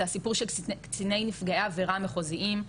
זה התפקיד של קציני נפגעי עבירה מחוזיים,